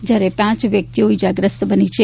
જ્યારે પાંચ વ્યક્તિ ઇજાગ્રસ્ત બન્યા છે